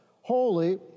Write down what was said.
holy